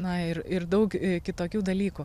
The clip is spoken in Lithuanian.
na ir ir daug kitokių dalykų